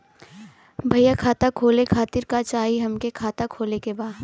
भईया खाता खोले खातिर का चाही हमके खाता खोले के बा?